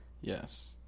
Yes